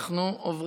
נעבור